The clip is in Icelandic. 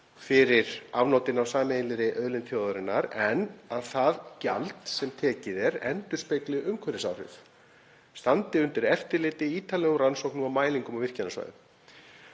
fyrir afnotin af sameiginlegri auðlind þjóðarinnar en að það gjald sem tekið er endurspegli umhverfisáhrif, standi undir eftirliti, ítarlegum rannsóknum og mælingum á virkjanasvæðum.